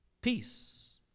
Peace